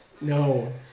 No